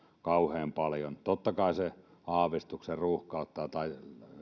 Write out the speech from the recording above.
kauhean paljon totta kai se aavistuksen ruuhkauttaa tai